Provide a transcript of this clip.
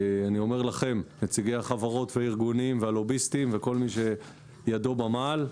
לנציגי החברות והארגונים והלוביסטים וכל מי שידו במעל,